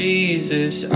Jesus